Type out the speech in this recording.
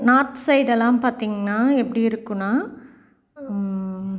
north சைடெல்லாம் பார்த்திங்கன்னா எப்படி இருக்கும்னா